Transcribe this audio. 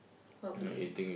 what would you eat